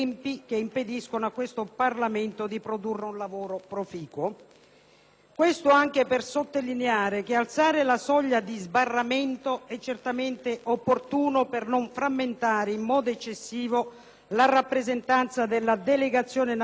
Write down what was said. Questo anche per sottolineare che alzare la soglia di sbarramento è certamente opportuno per non frammentare in modo eccessivo la rappresentanza della Delegazione nazionale ed avere conseguentemente un maggior peso in Europa,